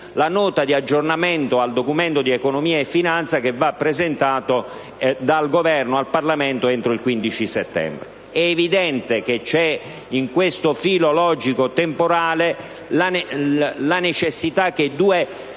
la Nota di aggiornamento del Documento di economia e finanza, che va presentata dal Governo al Parlamento entro il 15 settembre. È evidente che in questo filo logico e temporale c'è la necessità che i due